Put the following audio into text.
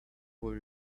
boy